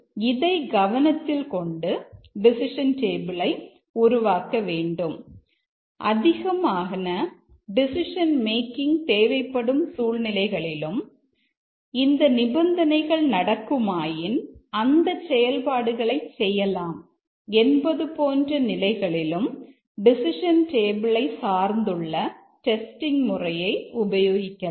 அதிகமான decision making தேவைப்படும் சூழ்நிலைகளிலும் இந்த நிபந்தனைகள் நடக்குமாயின் அந்த செயல்பாடுகளை செய்யலாம் என்பது போன்ற நிலைகளிலும் டெசிஷன் டேபிளை முறையை உபயோகிக்கலாம்